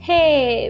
Hey